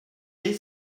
dès